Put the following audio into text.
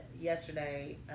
yesterday